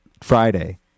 Friday